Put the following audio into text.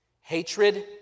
hatred